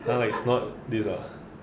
!huh! is not this uh